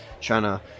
China